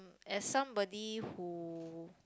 as somebody who